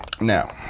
Now